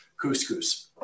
couscous